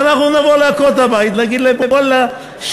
ואנחנו נבוא לעקרות-הבית ונגיד להן: ואללה,